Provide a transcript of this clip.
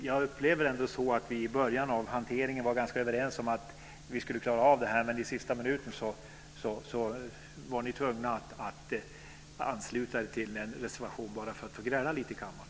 Jag upplevde det ändå så att vi i början av hanteringen var ganska överens om att vi skulle klara av det här, men i sista minuten var ni tvungna att gå samman om en reservation bara för att få gräla lite i kammaren.